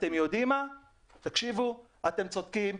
אתם צודקים,